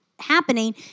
happening